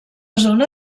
zona